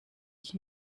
ich